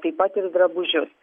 taip pat ir drabužius